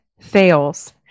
fails